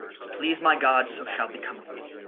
as please my god, so shall become of me.